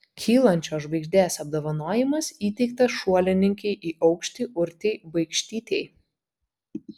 kylančios žvaigždės apdovanojimas įteiktas šuolininkei į aukštį urtei baikštytei